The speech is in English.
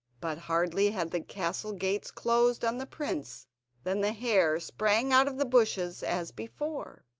but hardly had the castle gates closed on the prince than the hare sprang out of the bushes as before,